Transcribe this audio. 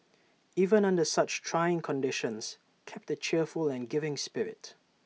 even under such trying conditions kept A cheerful and giving spirit